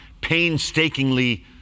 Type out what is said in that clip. painstakingly